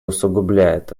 усугубляет